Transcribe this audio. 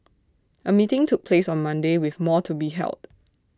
A meeting took place on Monday with more to be held